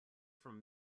from